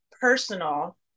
personal